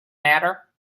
matter